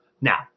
Now